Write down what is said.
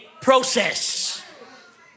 process